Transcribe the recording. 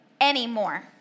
anymore